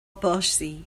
báistí